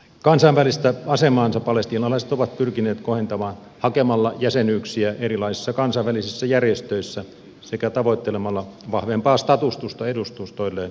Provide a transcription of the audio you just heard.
kansainvälistä asemaansa palestiinalaiset ovat pyrkineet kohentamaan hakemalla jäsenyyksiä erilaisissa kansainvälisissä järjestöissä sekä tavoittelemalla vahvempaa statusta edustustoilleen eri maissa